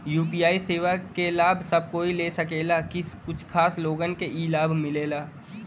UPI सेवा क लाभ सब कोई ले सकेला की कुछ खास लोगन के ई लाभ मिलेला?